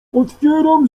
otwieram